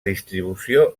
distribució